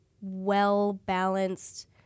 well-balanced